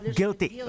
guilty